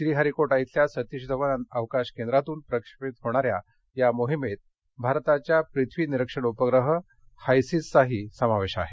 श्रीहरीकोटा इथंल्या सतिश धवन अवकाश केंद्रातून प्रक्षेपित होणाऱ्या या मोहिमेमध्ये भारताच्या पृथ्वी निरिक्षण उपग्रह हाइसिसचाही समावेश आहे